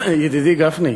ידידי גפני,